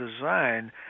design